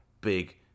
big